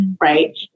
Right